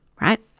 right